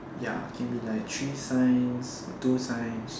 ya can be like three science or two science